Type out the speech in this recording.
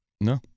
No